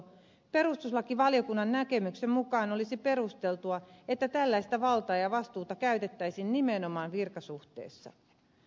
perustuslakivaliokunnan näkemyksen mukaan olisi perusteltua että tällaista valtaa ja vastuuta käytettäisiin nimenomaan virkasuhteessa